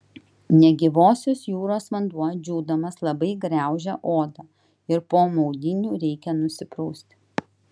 negyvosios jūros vanduo džiūdamas labai graužia odą ir po maudynių reikia nusiprausti